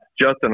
Justin